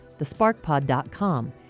thesparkpod.com